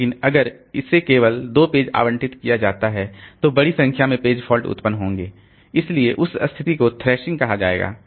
लेकिन अगर इसे केवल दो पेज आवंटित किया जाता है तो बड़ी संख्या में पेज फॉल्ट उत्पन्न होंगे इसलिए उस स्थिति को थ्रैशिंग कहा जाएगा